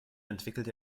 entwickelt